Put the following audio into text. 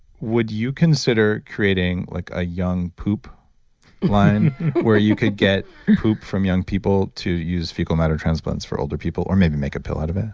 would you consider creating like a young poop line where you could get poop from young people to use fecal matter transplants for older people or maybe make a pill out of it?